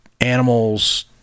animals